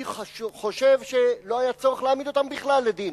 אני חושב שלא היה צורך להעמיד אותם בכלל לדין,